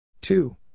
Two